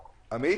ספציפית.